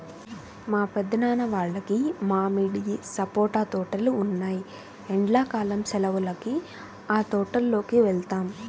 మా పెద్దనాన్న వాళ్లకి మామిడి, సపోటా తోటలు ఉన్నాయ్, ఎండ్లా కాలం సెలవులకి ఆ తోటల్లోకి వెళ్తాం